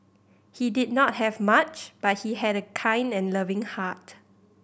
he did not have much but he had a kind and loving heart